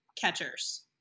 catchers